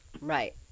right